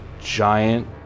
giant